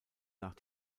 nach